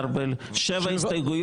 שבע הסתייגויות.